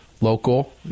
local